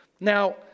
Now